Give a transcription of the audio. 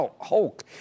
hulk